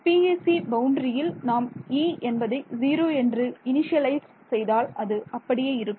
PEC பவுண்டரியில் நாம் E என்பதை 0 என்று இனிஷியலைஸ் செய்தால் அது அப்படியே இருக்கும்